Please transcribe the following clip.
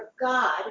God